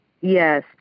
Yes